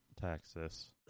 Texas